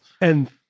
And-